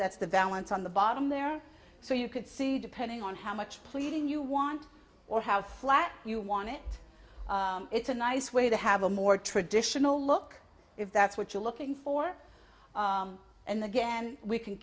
that's the valance on the bottom there so you could see depending on how much pleading you want or how flat you want it it's a nice way to have a more traditional look if that's what you're looking for and again we can